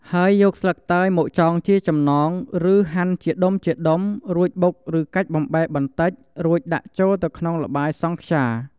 ហើយយកស្លឹកតើយមកចងជាចំណង ឬហាន់ជាដុំៗ រួចបុកឬកាច់បំបែកបន្តិច រួចដាក់ចូលទៅក្នុងល្បាយសង់ខ្យា។